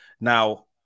Now